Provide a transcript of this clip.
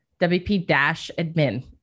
wp-admin